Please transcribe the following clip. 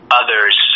others